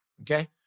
Okay